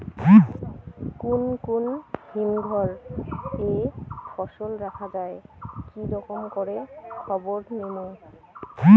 কুন কুন হিমঘর এ ফসল রাখা যায় কি রকম করে খবর নিমু?